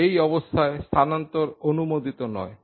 এই অবস্থায় স্থানন্তর অনুমোদিত নয়